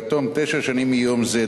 ועד תום תשע שנים מיום זה,